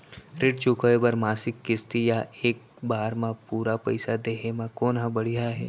ऋण चुकोय बर मासिक किस्ती या एक बार म पूरा पइसा देहे म कोन ह बढ़िया हे?